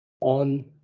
on